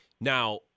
Now